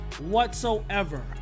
Whatsoever